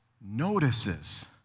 notices